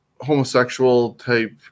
homosexual-type